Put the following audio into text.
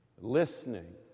listening